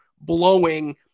blowing